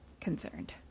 Concerned